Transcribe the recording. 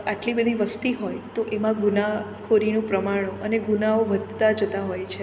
આટલી બધી વસ્તી હોય તો એમાં ગુનાખોરીનું પ્રમાણ અને ગુનાઓ વધતા જતા હોય છે